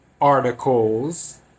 articles